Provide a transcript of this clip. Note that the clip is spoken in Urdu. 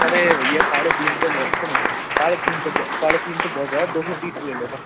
ارے بھیا ساڑھے تین سو بہت ساڑھے تین سو ساڑھے تین سو بہت ہے یار دو سو تیس لے لینا